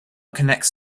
connects